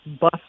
bus